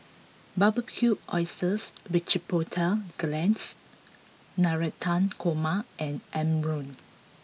Barbecued Oysters with Chipotle Glaze Navratan Korma and Imoni